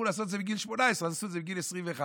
לעשות את זה מגיל 18 אז הם עשו מגיל 21,